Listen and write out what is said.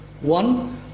One